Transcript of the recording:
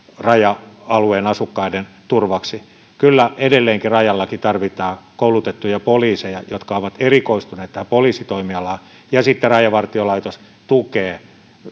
raja alueen asukkaiden turvaksi kyllä edelleenkin rajallakin tarvitaan koulutettuja poliiseja jotka ovat erikoistuneet tähän poliisitoimialaan ja sitten rajavartiolaitos tukee